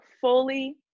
Fully